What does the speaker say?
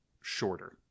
shorter